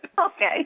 Okay